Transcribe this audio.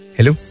Hello